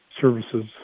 services